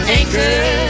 anchor